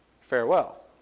Farewell